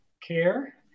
care